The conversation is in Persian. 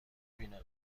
بینمت